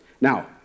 Now